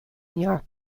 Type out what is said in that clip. neart